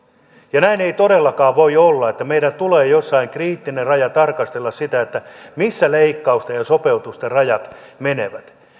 ja näin ei todellakaan voi olla meillä tulee jossain kriittinen raja tarkastella sitä missä leikkausten ja sopeutusten rajat menevät